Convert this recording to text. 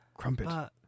Crumpet